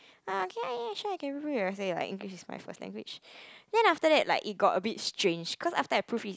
err can ya ya sure I can proof read your essay like English is my first language then after that like it got a bit strange cause after I proof read his